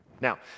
Now